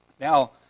Now